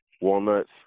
walnuts